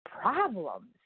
problems